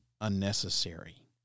unnecessary